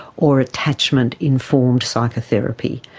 or attachment informed psychotherapy.